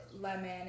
lemon